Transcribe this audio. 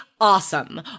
awesome